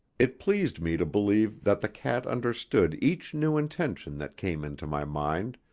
it pleased me to believe that the cat understood each new intention that came into my mind,